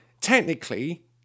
technically